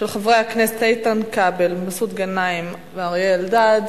של חברי הכנסת איתן כבל, מסעוד גנאים ואריה אלדד,